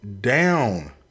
down